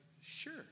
sure